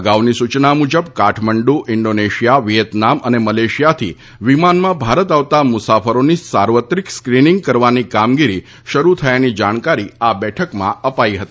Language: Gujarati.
અગાઉની સૂચના મુજબ કાઠમંડુઇન્ડોનેશિયા વિચેતનામ અને મલેશિયાથી વિમાનમાં ભારત આવતા મુસાફરોની સાર્વત્રિક સ્કિનિંગ કરવાની કામગીરી શરૂ થયાની જાણકારી આ બેઠકમાં અપાઇ હતી